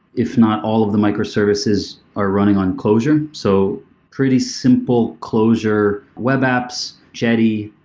if not all of the micro services, are running on closure. so pretty simple closure web apps, jetty,